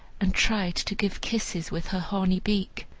and tried to give kisses with her horny beak.